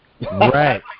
Right